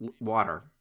water